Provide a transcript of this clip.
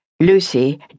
Lucy